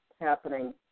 happening